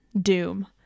doom